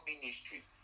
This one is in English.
ministry